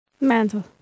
Mental